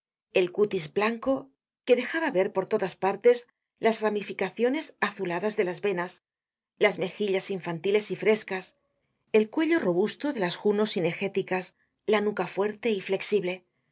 search generated at que dejaba ver por todas partes las ramificaciones azuladas de las venas las mejillas infantiles y frescas el cuello robusto de las junos eginéticas la nuca fuerte y flexible